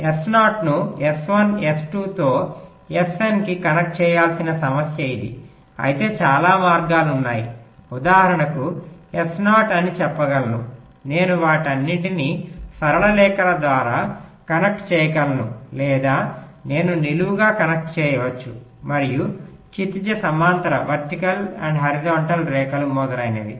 S0 ను S1 S2 తో Sn కి కనెక్ట్ చేయాల్సిన సమస్య ఇది అయితే చాలా మార్గాలు ఉన్నాయి ఉదాహరణకు S0 అని చెప్పగలను నేను వాటన్నింటికీ సరళ రేఖల ద్వారా కనెక్ట్ చేయగలను లేదా నేను నిలువుగా కనెక్ట్ చేయవచ్చు మరియు క్షితిజ సమాంతర రేఖలు మొదలైనవి